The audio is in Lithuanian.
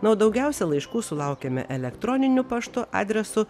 na o daugiausiai laiškų sulaukiame elektroniniu paštu adresu